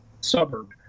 suburb